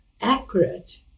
accurate